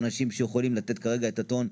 אנשים שיכולים לתת כרגע את הטון.